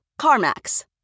CarMax